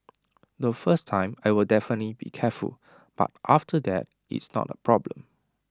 the first time I'll definitely be careful but after that it's not A problem